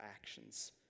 actions